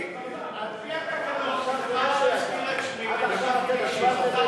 על-פי התקנון מותר להזכיר את שמי ומותר לי לבוא ולהגיב.